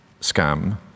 scam